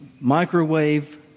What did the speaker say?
microwave